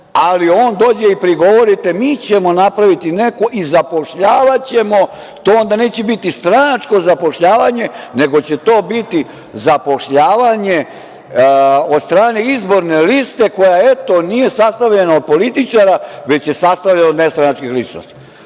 ali on dođe i prigovorite – mi ćemo napraviti neku i zapošljavaćemo, to onda neće biti stranačko zapošljavanje, nego će to biti zapošljavanje od strane izborne liste, koja eto, nije sastavljena od političara, već je sastavljena od nestranačkih ličnosti. Znate,